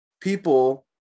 people